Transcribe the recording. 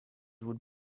would